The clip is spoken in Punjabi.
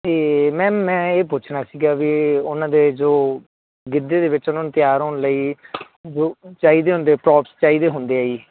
ਅਤੇ ਮੈਮ ਮੈਂ ਇਹ ਪੁੱਛਣਾ ਸੀਗਾ ਵੀ ਉਹਨਾਂ ਦੇ ਜੋ ਗਿੱਧੇ ਦੇ ਵਿੱਚ ਉਹਨਾਂ ਨੂੰ ਤਿਆਰ ਹੋਣ ਲਈ ਜੋ ਚਾਹੀਦੇ ਹੁੰਦੇ ਫਰੋਪਸ ਚਾਹੀਦੇ ਹੁੰਦੇ ਆ ਜੀ